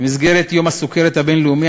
במסגרת יום הסוכרת הבין-לאומי,